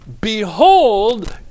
Behold